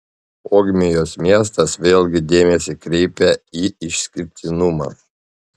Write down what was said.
ogmios miestas vėlgi dėmesį kreipia į išskirtinumą